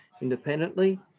independently